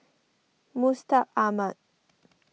Mustaq Ahmad